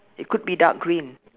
it could be dark green